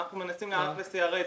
אנחנו מנסים להראות ל-CRS